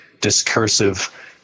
discursive